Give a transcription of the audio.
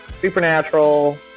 Supernatural